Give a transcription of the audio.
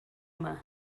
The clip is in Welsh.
yma